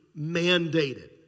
mandated